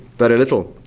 very little.